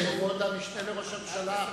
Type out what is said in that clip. כבוד המשנה לראש הממשלה,